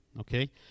okay